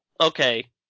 Okay